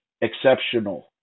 exceptional